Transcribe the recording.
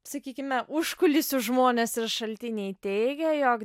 sakykime užkulisių žmonės ir šaltiniai teigė jog